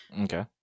Okay